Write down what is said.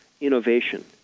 innovation